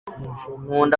nkunda